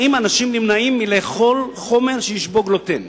אם אנשים נמנעים מלאכול חומר שיש בו גלוטן.